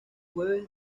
jueves